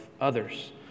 others